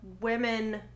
women